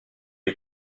est